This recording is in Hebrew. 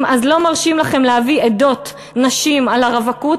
לא מרשים לכם להביא עדות נשים על הרווקות,